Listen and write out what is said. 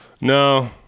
No